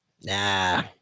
nah